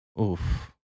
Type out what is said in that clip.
Oof